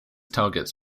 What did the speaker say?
targets